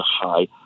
high